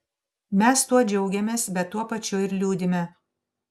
mes tuo džiaugiamės bet tuo pačiu ir liūdime